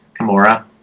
Kimura